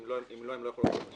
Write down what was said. אם לא הן לא יכולות --- הבנתי,